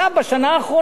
בשנה האחרונה,